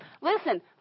Listen